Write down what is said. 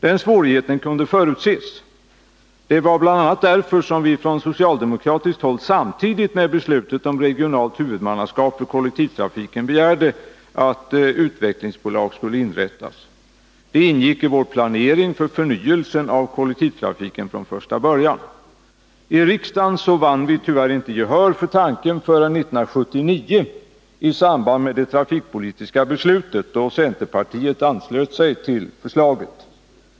Den svårigheten kunde förutses. Det var bl.a. därför som vi från socialdemokratiskt håll samtidigt med beslutet om regionalt huvudmannaskap för Kollektivtrafiken begärde att utvecklingsbolag skulle inrättas. Det ingick i vår planering för förnyelsen av kollektivtrafiken från första början. I riksdagen vann vi tyvärr inte gehör för tanken förrän 1979, i samband med det trafikpolitiska beslutet, då centerpartiet anslöt sig till förslaget.